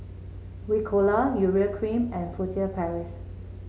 Ricola Urea Cream and Furtere Paris